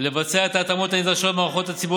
לבצע את ההתאמות הנדרשות במערכות הציבור